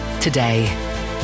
today